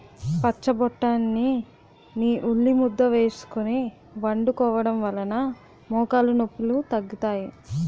పచ్చబొటాని ని ఉల్లిముద్ద వేసుకొని వండుకోవడం వలన మోకాలు నొప్పిలు తగ్గుతాయి